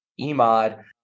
EMOD